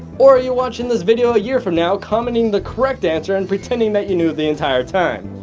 or are you watching this video a year from now commenting the correct answer and pretending that you knew the entire time?